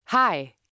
Hi